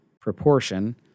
proportion